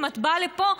כשאת באה לפה,